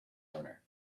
owner